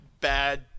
bad